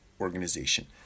organization